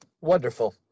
Wonderful